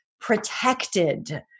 protected